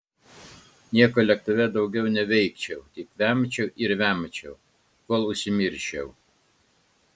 nieko lėktuve daugiau neveikčiau tik vemčiau ir vemčiau kol užsimirščiau